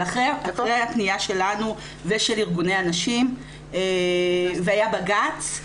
אבל אחרי הפניה שלנו ושל ארגוני הנשים והיה בג"צ,